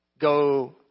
Go